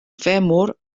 fèmur